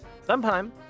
sometime